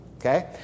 Okay